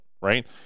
right